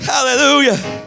hallelujah